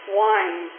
wine